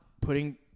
putting